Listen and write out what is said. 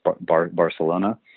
Barcelona